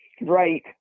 Right